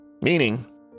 Meaning